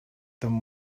them